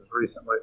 recently